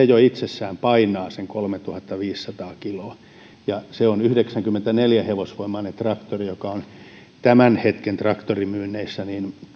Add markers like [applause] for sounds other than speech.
[unintelligible] jo itsessään painaa sen kolmetuhattaviisisataa kiloa se on yhdeksänkymmentäneljä hevosvoimainen traktori ja on tämän hetken traktorimyynneissä